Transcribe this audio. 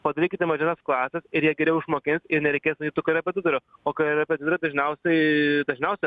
padarykite mažesnes klases ir jie geriau išmokins ir nereikės jūsų korepetitorių o korepetitoriai dažniausiai dažniausiai